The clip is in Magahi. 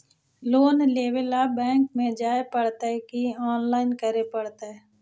लोन लेवे ल बैंक में जाय पड़तै कि औनलाइन करे पड़तै?